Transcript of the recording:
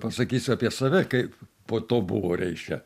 pasakysiu apie save kaip po to buvo reiškia